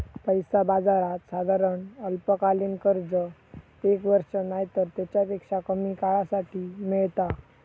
पैसा बाजारात साधारण अल्पकालीन कर्ज एक वर्ष नायतर तेच्यापेक्षा कमी काळासाठी मेळता